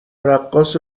رقاص